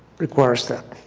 requires that.